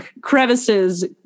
crevices